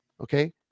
okay